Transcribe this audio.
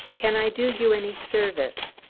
can i do you any service?